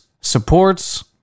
supports